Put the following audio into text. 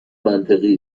منطقی